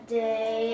day